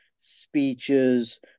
speeches